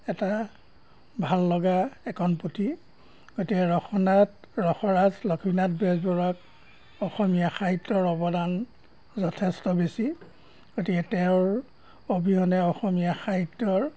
এটা ভাল লগা এখন পুথি গতিকে ৰসনাথ ৰসৰাজ লক্ষ্মীনাথ বেজবৰুৱাক অসমীয়া সাহিত্যৰ অৱদান যথেষ্ট বেছি গতিকে তেওঁৰ অবিহনে অসমীয়া সাহিত্যৰ